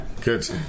Good